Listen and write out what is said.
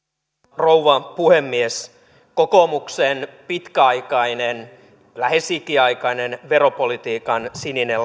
rouva puhemies kokoomuksen pitkäaikainen lähes ikiaikainen veropolitiikan sininen